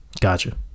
Gotcha